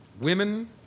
Women